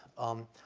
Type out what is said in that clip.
um,